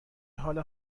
حال